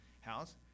house